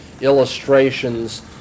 illustrations